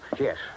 Yes